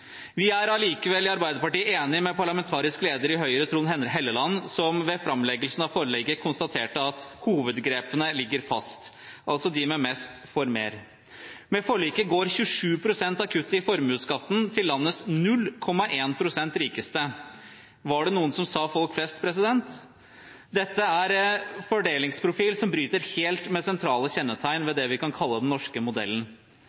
Vi i Arbeiderpartiet er likevel enige med parlamentarisk leder i Høyre, Trond Helleland, som ved framleggelsen av forliket konstaterte at hovedgrepene ligger fast, altså at de som har mest, får mer. Med forliket går 27 pst. av kuttet i formuesskatten til landets 0,1 pst. rikeste. Var det noen som sa «folk flest»? Dette er en fordelingsprofil som bryter helt med sentrale kjennetegn ved det vi kan kalle den norske modellen.